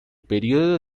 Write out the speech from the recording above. período